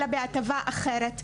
אלא בהטבה אחרת.